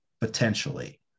potentially